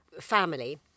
family